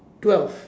twelve